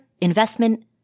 investment